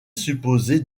supposée